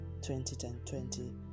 2020